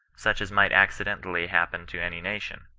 such as might accidentally happen to any nation.